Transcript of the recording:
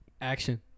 Action